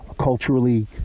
Culturally